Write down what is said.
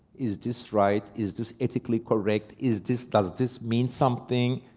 is this right? is this ethically correct? is this. does this mean something?